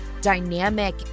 dynamic